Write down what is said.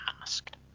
asked